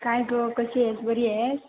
काय गं कशी आहेस बरी आहेस